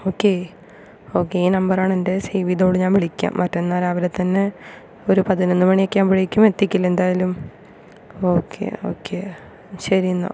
okay okay ഈ നമ്പറാണ് എൻ്റെ സേവ് ചെയ്തോളു ഞാൻ വിളിക്കാം മറ്റന്നാൾ രാവിലെ തന്നെ ഒരു പതിനൊന്ന് മണിയൊക്കെ ആകുമ്പോഴേക്കും എത്തിക്കില്ലേ എന്തായാലും ഓക്കെ ഓക്കെ ശരി എന്നാൽ